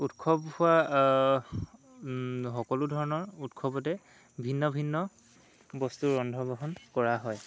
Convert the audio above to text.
উৎসৱ হোৱা সকলো ধৰণৰ উৎসৱতে ভিন্ন ভিন্ন বস্তু ৰন্ধন বহন কৰা হয়